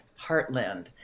Heartland